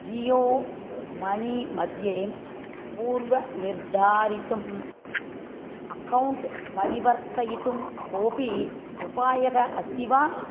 Jio money मध्ये पूर्वनिर्धारितम् account परिवर्तयितुं कोऽपि उपायः अस्ति वा